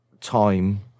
time